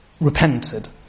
repented